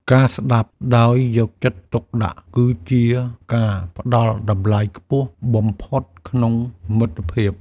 ការស្ដាប់ដោយយកចិត្តទុកដាក់ គឺជាការផ្ដល់តម្លៃខ្ពស់បំផុតក្នុងមិត្តភាព។